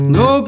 no